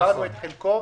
העברנו את חלקו,